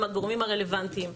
עם הגורמים הרלוונטיים.